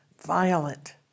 violent